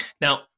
Now